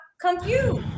confused